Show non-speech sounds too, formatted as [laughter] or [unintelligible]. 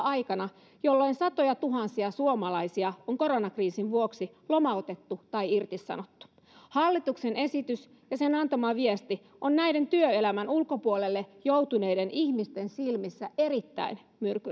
[unintelligible] aikana jolloin satojatuhansia suomalaisia on koronakriisin vuoksi lomautettu tai irtisanottu hallituksen esitys ja sen antama viesti on näiden työelämän ulkopuolelle joutuneiden ihmisten silmissä erittäin myrkyllinen